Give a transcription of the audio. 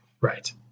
Right